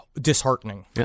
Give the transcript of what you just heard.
disheartening